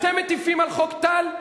אתם מטיפים על חוק טל?